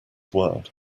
word